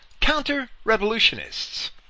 counter-revolutionists